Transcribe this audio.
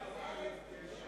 נתקבלה.